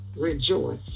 rejoice